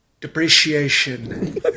Depreciation